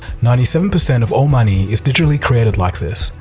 ninety seven percent of all money is digitally created like this.